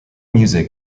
music